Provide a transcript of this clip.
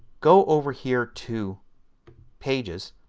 go over here to pages,